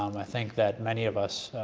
um i think that many of us,